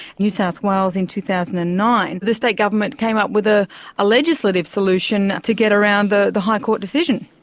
new south wales in two thousand and nine, the state government came up with a ah legislative solution to get around the the high court decision.